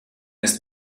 ist